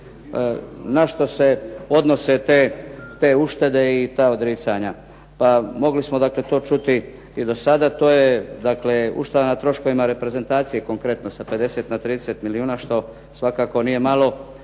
Na što se odnose te uštede i ta odricanja? Pa mogli smo dakle to čuti i do sada. To je dakle ušteda na troškovima reprezentacije, konkretno sa 50 na 30 milijuna, što svakako nije malo,